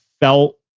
felt